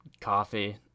coffee